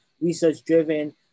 research-driven